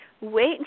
Wait